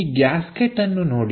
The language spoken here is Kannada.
ಈ ಗ್ಯಾಸ್ಕೆಟ್ ಅನ್ನು ನೋಡಿ